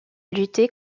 lutter